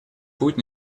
путь